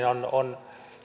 on